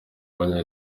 abanya